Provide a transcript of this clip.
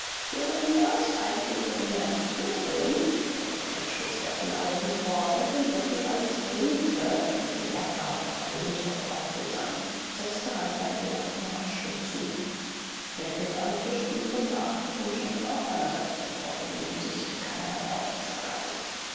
jeremias eigentlich jeremias kluckhohn stellte er den spitzbärtigen alten vor und den dritten als rinke könnte gärtner oder grünzeugonkel sein setzte hunter in gedanken rasch hinzu der vierte am tisch blieb unbeachtet und schenkte auch seinerseits den vorgängen um sich keinerlei aufmerksamkeit